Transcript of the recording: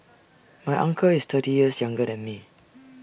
my uncle is thirty years younger than me